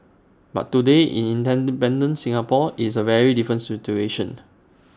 but today in independent Singapore is A very different situation